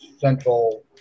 central